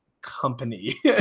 Company